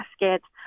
baskets